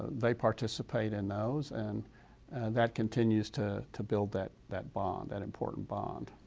they participate in those and that continues to to build that that bond, that important bond.